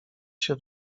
się